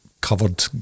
covered